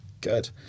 Good